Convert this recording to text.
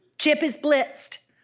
chip is blitzed,